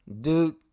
Dude